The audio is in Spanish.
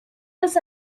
los